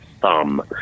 thumb